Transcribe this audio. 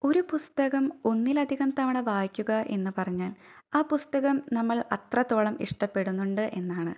ഒരു പുസ്തകം ഒന്നിലധികം തവണ വായിക്കുക എന്നു പറഞ്ഞാല് ആ പുസ്തകം നമ്മള് അത്രത്തോളം ഇഷ്ടപ്പെടുന്നുണ്ട് എന്നാണ്